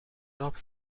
top